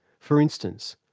for instance,